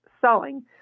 selling